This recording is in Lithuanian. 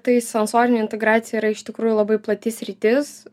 tai sensorinė integracija yra iš tikrųjų labai plati sritis